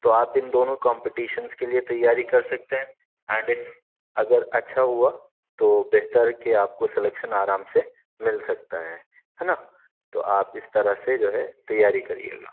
تو آپ ان دونوں کمپٹیشنس کے لیے تیاری کر سکتے ہیں اینڈ اگر اچھا ہوا تو بہتر ہے کہ آپ کو سلیکشن آرام سے مل سکتا ہے ہے نا تو آپ اس طرح سے جو ہے تیاری کریے گا